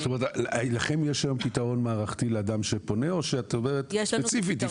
זאת אומרת לכם יש היום פתרון מערכתי לאדם שפונה או שאת אומרת 'ספציפית,